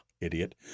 Idiot